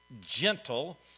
gentle